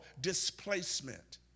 displacement